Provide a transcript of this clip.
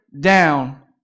down